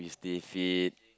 we stay fit